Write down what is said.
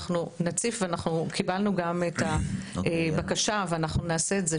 אנחנו נציף ואנחנו קיבלנו גם את הבקשה ואנחנו נעשה של זה,